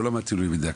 לא למדתי לימודי ליבה,